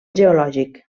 geològic